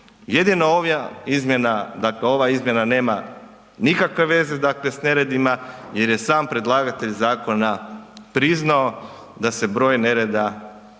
Jedino ova izmjena dakle ova izmjena nema nikakve veze sa neredima jer je sam predlagatelj zakona priznao da se broj nereda na